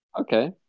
Okay